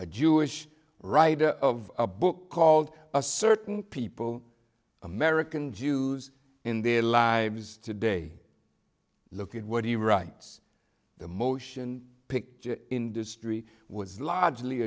a jewish writer of a book called a certain people american jews in their lives today look at what he writes the motion picture industry was largely